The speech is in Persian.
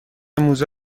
موزه